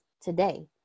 today